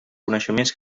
coneixements